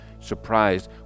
surprised